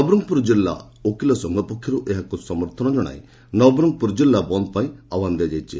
ନବରଙଙପୁର ଜିଲ୍ଲା ଓକିଲ ସଂଘ ପକ୍ଷରୁ ଏହାକୁ ସମର୍ଥନ କରି ନବରଙ୍ଙପୁର ଜିଲ୍ଲା ବନ୍ଦ ପାଇଁ ଆହ୍ବାନ ଦିଆଯାଇଛି